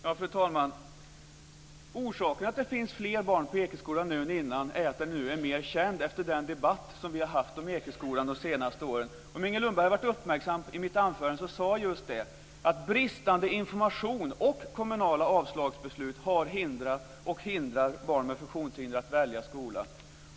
Fru talman! Orsaken till att det finns fler barn på Ekeskolan nu än tidigare är att den nu är känd efter den debatt som vi har fört om den de senaste åren. Om Inger Lundberg hade varit uppmärksam på mitt anförande hade hon märkt att jag sade just att bristande information och kommunala avslagsbeslut har hindrat och hindrar barn med funktionshinder att välja skola.